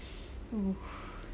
!oof!